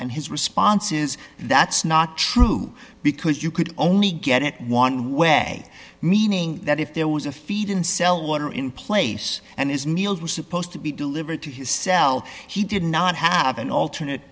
and his response is that's not true because you could only get it one way meaning that if there was a feed in cell water in place and his meals were supposed to be delivered to his cell he did not have an alternate